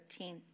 13